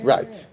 Right